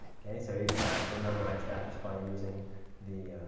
ok, so you can actually memorize that just by using the